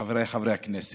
חבריי חברי הכנסת,